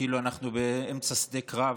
כאילו אנחנו באמצע שדה קרב,